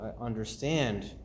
understand